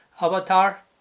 Avatar